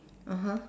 (uh huh)